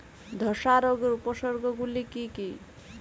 ধসা রোগের উপসর্গগুলি কি কি?